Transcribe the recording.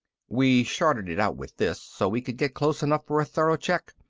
we shorted it out with this, so we could get close enough for a thorough check.